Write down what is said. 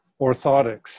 orthotics